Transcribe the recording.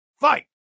Fight